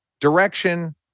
direction